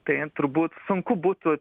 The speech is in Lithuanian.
tai turbūt sunku būtų